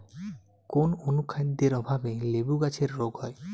কোন অনুখাদ্যের অভাবে লেবু গাছের রোগ হয়?